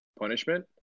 punishment